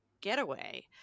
getaway